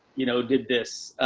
you know, did this.